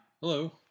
Hello